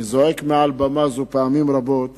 אני זועק מעל במה זו פעמים רבות